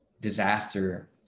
disaster